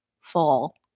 fall